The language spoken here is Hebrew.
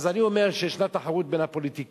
אז אני אומר שיש תחרות בין הפוליטיקאים.